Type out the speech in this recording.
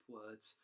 words